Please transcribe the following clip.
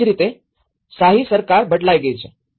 અને તે જ રીતે શાહી સરકાર બદલાઈ ગઈ છે